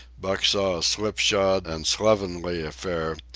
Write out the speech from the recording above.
buck saw a slipshod and slovenly affair,